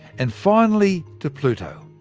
and finally, to pluto.